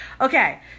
Okay